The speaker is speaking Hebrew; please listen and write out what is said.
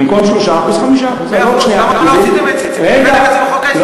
במקום 3%, 5%. מאה אחוז.